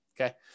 Okay